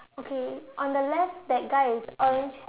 okay on the left that guy is orange